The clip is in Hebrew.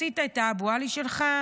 עשית את האבו עלי שלך,